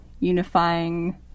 unifying